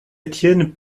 étienne